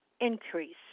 increase